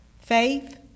faith